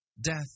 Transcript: Death